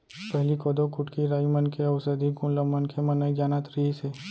पहिली कोदो, कुटकी, राई मन के अउसधी गुन ल मनखे मन नइ जानत रिहिस हे